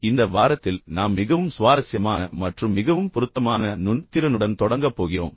எனவே இந்த வாரத்தில் நாம் மிகவும் சுவாரஸ்யமான மற்றும் மிகவும் பொருத்தமான நுண் திறனுடன் தொடங்கப் போகிறோம்